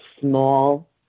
small